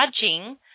judging